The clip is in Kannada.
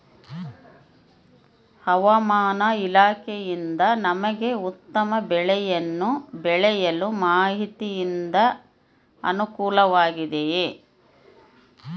ಹವಮಾನ ಇಲಾಖೆಯಿಂದ ನಮಗೆ ಉತ್ತಮ ಬೆಳೆಯನ್ನು ಬೆಳೆಯಲು ಮಾಹಿತಿಯಿಂದ ಅನುಕೂಲವಾಗಿದೆಯೆ?